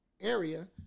area